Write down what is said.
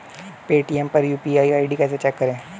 Paytm पर UPI ID कैसे चेक करें?